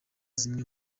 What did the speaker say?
zimwe